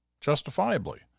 justifiably